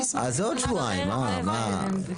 אז עוד שבועיים, מה, מה?